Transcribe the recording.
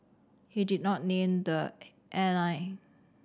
he did not the airline